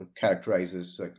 characterizes